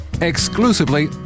exclusively